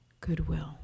goodwill